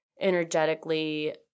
energetically